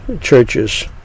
churches